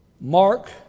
Mark